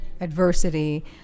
adversity